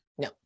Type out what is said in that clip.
no